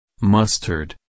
Mustard